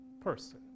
person